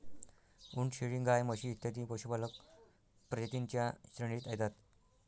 उंट, शेळी, गाय, म्हशी इत्यादी पशुपालक प्रजातीं च्या श्रेणीत येतात